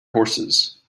horses